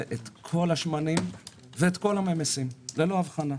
את כל השמנים ואת כל הממסים ללא אבחנה.